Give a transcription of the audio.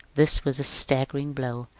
this was a staggering blow.